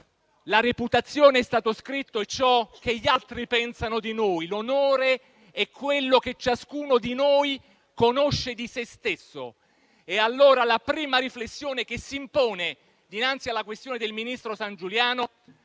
la reputazione è ciò che gli altri pensano di noi; l'onore è quello che ciascuno di noi conosce di se stesso. La prima riflessione che s'impone dinanzi alla questione del ministro Sangiuliano